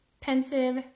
pensive